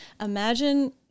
imagine